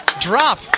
drop